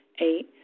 Eight